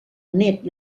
nét